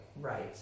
right